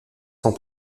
sans